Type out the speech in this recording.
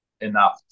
enough